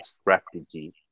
strategy